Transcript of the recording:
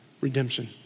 Redemption